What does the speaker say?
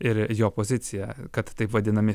ir jo poziciją kad taip vadinami